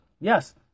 Yes